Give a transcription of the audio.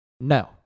No